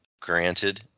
granted